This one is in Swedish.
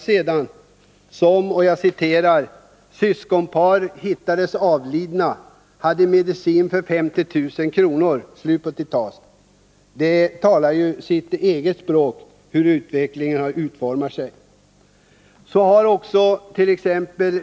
”Syskonpar hittades avlidna — hade medicin för 50 000 kr.” — sådana rubriker i dagspressen talar sitt eget språk.